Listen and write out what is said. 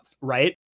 right